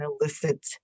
illicit